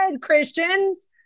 Christians